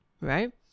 Right